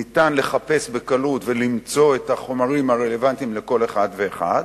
ניתן לחפש בקלות ולמצוא את החומרים הרלוונטיים לכל אחד ואחד.